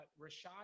Rashad